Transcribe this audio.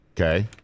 okay